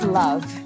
love